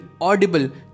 Audible